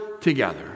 together